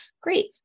Great